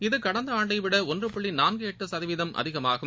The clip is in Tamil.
இது கடந்தஆண்டைவிட ஒன்று புள்ளிநான்குளட்டுசதவீதம் அதிகமாகும்